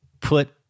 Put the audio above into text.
put